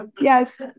Yes